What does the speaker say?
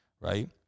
right